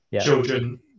children